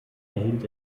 erhielt